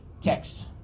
text